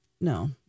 No